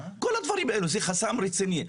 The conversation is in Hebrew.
כל הדברים האלה זה חסם רציני.